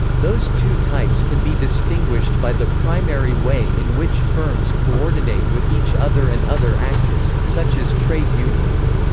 those two types can be distinguished by the primary way in which firms coordinate with each other and other actors, such as trade unions.